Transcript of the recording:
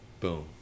Boom